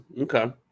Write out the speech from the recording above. Okay